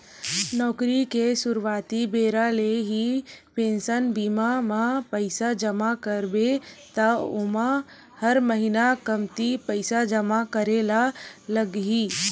नउकरी के सुरवाती बेरा ले ही पेंसन बीमा म पइसा जमा करबे त ओमा हर महिना कमती पइसा जमा करे ल लगही